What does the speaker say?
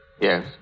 Yes